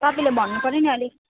तपाईँले भन्नुपर्यो नि अलिक